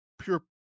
pure